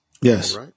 Yes